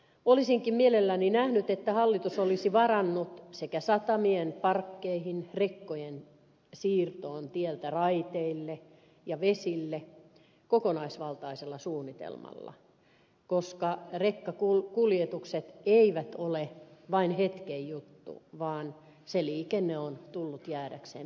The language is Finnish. olisinkin mielelläni nähnyt että hallitus olisi varautunut sekä satamien parkkeihin että rekkojen siirtoon tieltä raiteille ja vesille kokonaisvaltaisella suunnitelmalla koska rekkakuljetukset eivät ole vain hetken juttu vaan se liikenne on tullut jäädäkseen toistaiseksi